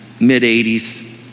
mid-80s